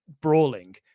brawling